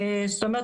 זאת אומרת,